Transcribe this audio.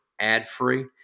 ad-free